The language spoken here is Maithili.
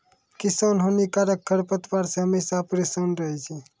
किसान हानिकारक खरपतवार से हमेशा परेसान रहै छै